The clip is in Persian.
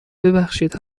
ببخشید